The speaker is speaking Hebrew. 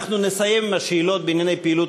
אנחנו נסיים עם השאלות בענייני פעילות